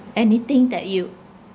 anything that you